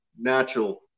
natural